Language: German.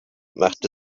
machte